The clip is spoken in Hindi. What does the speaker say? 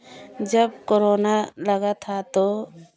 जब कोरोना लगा था तो